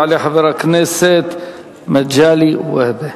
יעלה חבר הכנסת מגלי והבה,